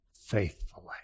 faithfully